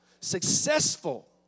successful